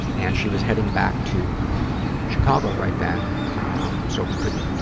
and she was heading back to chicago right then um so we couldn't,